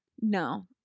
No